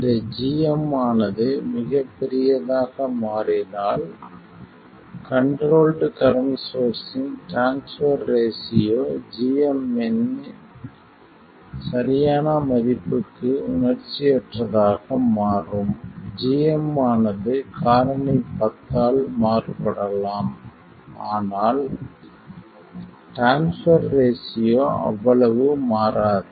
இந்த gm ஆனது மிகப் பெரியதாக மாறினால் கண்ட்ரோல்ட் கரண்ட் சோர்ஸ்ஸின் ட்ரான்ஸ்பர் ரேஷியோ gm இன் சரியான மதிப்புக்கு உணர்ச்சியற்றதாக மாறும் gm ஆனது காரணி 10 ஆல் மாறுபடலாம் ஆனால் ட்ரான்ஸ்பர் ரேஷியோ அவ்வளவு மாறாது